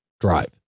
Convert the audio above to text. drive